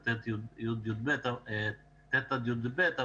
וט' עד י"ב,